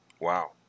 wow